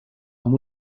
amb